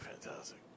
fantastic